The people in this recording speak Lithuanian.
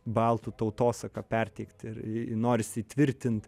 baltų tautosaką perteikt ir norisi įtvirtint